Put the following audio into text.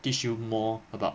teach you more about